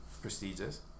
prestigious